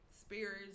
spirits